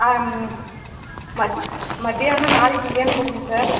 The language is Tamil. ஆ மதியானம் நாளைக்கு மதியானம் போகணும் சார்